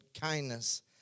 kindness